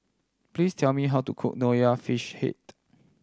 please tell me how to cook Nonya Fish Head